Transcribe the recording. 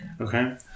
Okay